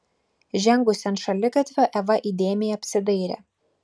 žengusi ant šaligatvio eva įdėmiai apsidairė